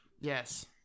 Yes